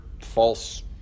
false